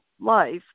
life